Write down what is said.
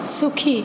সুখী